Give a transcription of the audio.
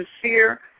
sincere